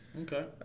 Okay